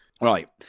Right